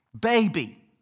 baby